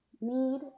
need